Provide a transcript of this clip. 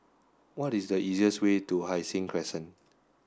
what is the easiest way to Hai Sing Crescent